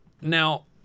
Now